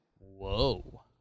Whoa